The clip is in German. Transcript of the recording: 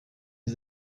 sie